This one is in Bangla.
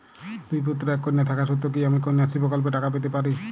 দুই পুত্র এক কন্যা থাকা সত্ত্বেও কি আমি কন্যাশ্রী প্রকল্পে টাকা পেতে পারি?